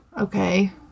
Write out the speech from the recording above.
okay